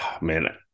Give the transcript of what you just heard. Man